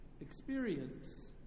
experience